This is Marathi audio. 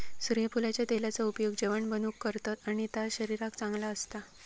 सुर्यफुलाच्या तेलाचा उपयोग जेवाण बनवूक करतत आणि ता शरीराक चांगला असता